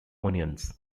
onions